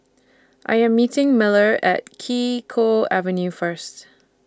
I Am meeting Miller At Kee Choe Avenue First